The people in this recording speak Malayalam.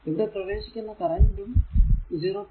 ഇവിടെ പ്രവേശിക്കുന്ന കറന്റ് ഉം 0